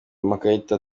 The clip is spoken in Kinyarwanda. amakarita